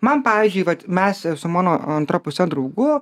man pavyzdžiui vat mes su mano antra puse draugu